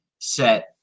set